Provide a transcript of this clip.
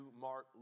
Mark